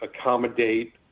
accommodate